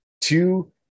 Two